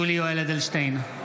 (קורא בשמות חברי הכנסת) יולי יואל אדלשטיין,